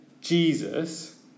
Jesus